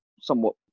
somewhat